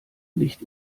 nicht